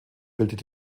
bildet